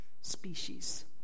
species